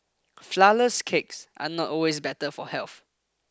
flourless cakes are not always better for health